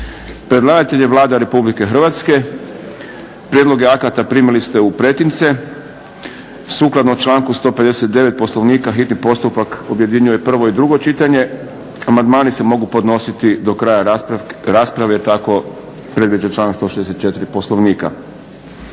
Predlagatelj je Vlada Republike Hrvatske. Prijedloge akata primili ste u pretince. Sukladno članku 159. Poslovnika hitni postupak objedinjuje prvo i drugo čitanje. Amandmani se mogu podnositi do kraja rasprave, tako predviđa članak 164. Poslovnika.